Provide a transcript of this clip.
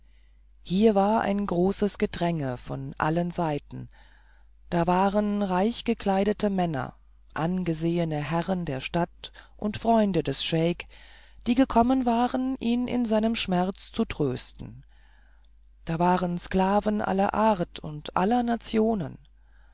hier war ein großes gedränge von allen seiten da waren reichgekleidete männer angesehene herren der stadt und freunde des scheik die gekommen waren ihn in seinem schmerz zu trösten da waren sklaven aller art und aller nationen